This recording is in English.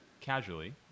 casually